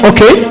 Okay